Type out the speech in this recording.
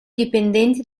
dipendenti